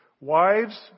Wives